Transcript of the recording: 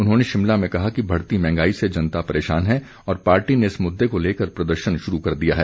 उन्होंने शिमला में कहा कि बढ़ती महंगाई से जनता परेशान है और पार्टी ने इस मुददे को लेकर प्रदर्शन शुरू कर दिया है